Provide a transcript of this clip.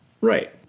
Right